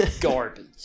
garbage